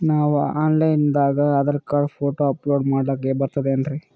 ನಾವು online ದಾಗ Aadhaar card, photo upload ಮಾಡ್ಲಕ ಬರ್ತದೇನ್ರಿ?